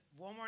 Walmart